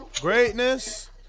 Greatness